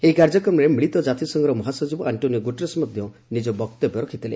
ଏହି କାର୍ଯ୍ୟକ୍ରମରେ ମିଳିତ ଜାତିସଂଘର ମହାସଚିବ ଆଣ୍ଟ୍ରୋନିଓ ଗୁଟେରସ ମଧ୍ୟ ନିଜ ବକ୍ତବ୍ୟ ରଖିଥିଲେ